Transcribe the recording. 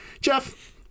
Jeff